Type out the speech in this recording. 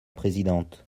présidente